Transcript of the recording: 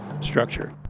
structure